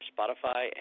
Spotify